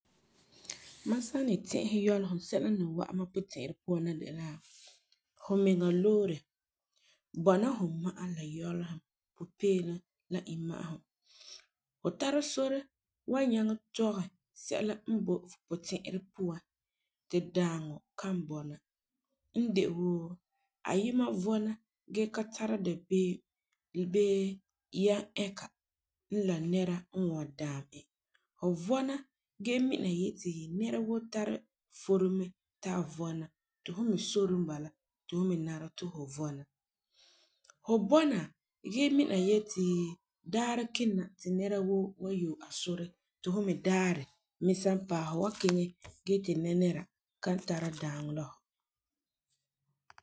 Mam san ni ti'isɛ yɔlesum, sɛla n ni wa'am mam puti'irɛ puan na de la, fumiŋa loore bɔna fu ma'a la yɔla la pupeelum la imma'asum ,fu tara sore wan nyaŋɛ tɔgɛ sɛla n boi fu puti'irɛ puan ti dãaŋɔ kan bɔna n de woo, ayima vɔna gee ka tara dabeem bee yɛm-ɛka la nɛra n wan wa'am e. Fu vɔna gee mina yeti nɛra woo tari sore mɛ ti a vɔna ,ti fum me sore n bala ti la nara ti fu vɔna, fu bɔna gee mina yeti, daarɛ kini na ti nɛra woo wan yɔɛ a sore ti fu me daarɛ me san paɛ ti fum me wan kiŋɛ gee ti nɛra nɛra kan tara dãaŋɔ la fu.